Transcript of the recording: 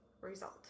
result